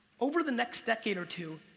over the next decade or two,